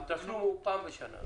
התשלום הוא פעם בשנה.